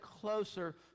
closer